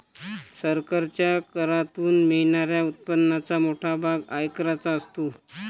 सरकारच्या करातून मिळणाऱ्या उत्पन्नाचा मोठा भाग आयकराचा असतो